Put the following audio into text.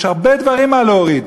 יש הרבה דברים להוריד,